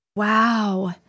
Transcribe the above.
Wow